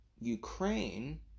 Ukraine